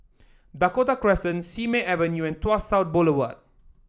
Dakota Crescent Simei Avenue and Tuas South Boulevard